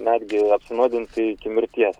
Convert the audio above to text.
netgi apsinuodinti iki mirties